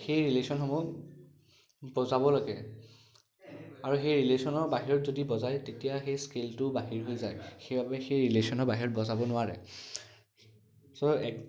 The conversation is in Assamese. সেই ৰিলেশ্যনসমূহ বজাব লাগে আৰু সেই ৰিলেশ্যনৰ বাহিৰত যদি বজায় তেতিয়া সেই স্কেলটো বাহিৰ হৈ যায় সেইবাবে সেই ৰিলশ্যনৰ বাহিৰত বজাব নোৱাৰে ছ' এক